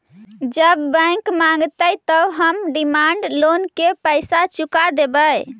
जब बैंक मगतई त हम डिमांड लोन के पैसा चुका देवई